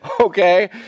okay